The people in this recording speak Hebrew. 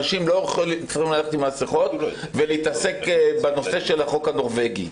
אנשים לא צריכים ללכת עם מסיכות ולהתעסק בנושא של החוק הנורבגי.